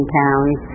pounds